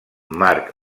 marc